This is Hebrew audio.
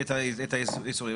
את האיסור.